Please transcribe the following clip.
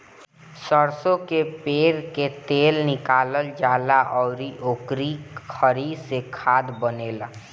सरसो कअ पेर के तेल निकालल जाला अउरी ओकरी खरी से खाद बनेला